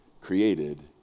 created